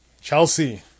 Chelsea